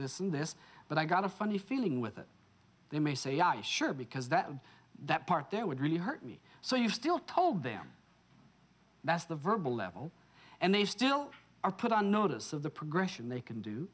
this and this but i got a funny feeling with it they may say yeah sure because that that part there would really hurt me so you still told them that's the verbal level and they still are put on notice of the progression they can do